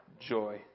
joy